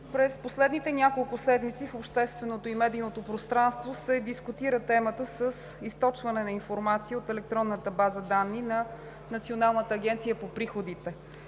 През последните няколко седмици в общественото и медийното пространство се дискутира темата с източване на информация от електронната база данни на Националната агенция за приходите.